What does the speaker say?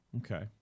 Okay